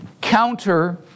counter